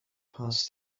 past